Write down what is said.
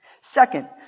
Second